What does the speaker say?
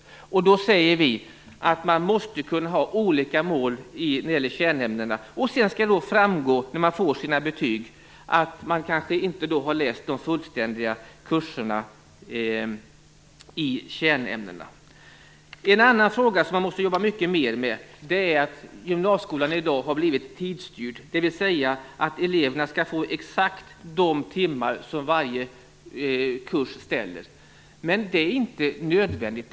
Man måste därför kunna ha olika mål i fråga om kärnämnena, och i betygen skall det sedan framgå om man inte har läst de fullständiga kurserna i dessa kärnämnen. En annan fråga som man måste jobba mycket mer med är att gymnasieskolan i dag har blivit tidsstyrd, dvs. att eleverna skall få exakt de timmar som varje kurs föreskriver. Men det är inte nödvändigt.